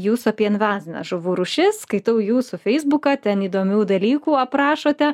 jūsų apie invazines žuvų rūšis skaitau jūsų feisbuką ten įdomių dalykų aprašote